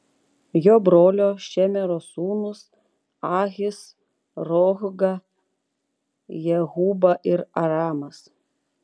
jo brolio šemero sūnūs ahis rohga jehuba ir aramas